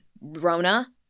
Rona